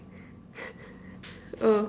oh